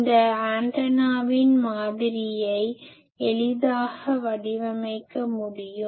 இந்த ஆண்டனாவின் மாதிரியை எளிதாக வடிவமைக்க முடியும்